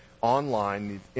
online